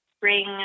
bring